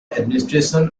administration